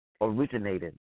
originated